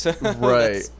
Right